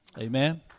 Amen